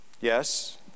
yes